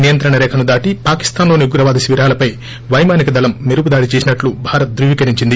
నియంత్రణ రేఖను దాటి పాకిస్థాన్లోని ఉగ్రవాద శిబిరాలపై వైమానిక దళం మెరుపు దాడి చేసినట్లు భారత్ ధ్రువీకరించింది